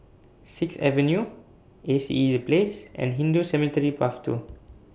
Sixth Avenue A C E The Place and Hindu Cemetery Path two